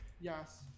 Yes